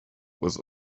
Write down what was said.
was